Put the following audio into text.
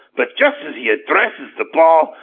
but, just as he addresses the ball,